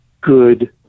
good